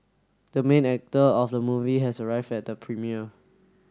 the main actor of the movie has arrived at the premiere